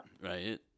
Right